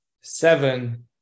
seven